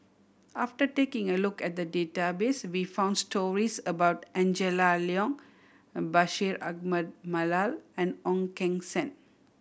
after taking a look at database we found stories about Angela Liong and Bashir Ahmad Mallal and Ong Keng Sen